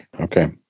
Okay